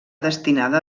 destinada